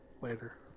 Later